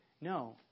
No